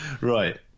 Right